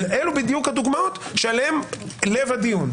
ואלה בדיוק הדוגמאות שהן לב הדיון.